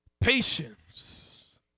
Patience